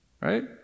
right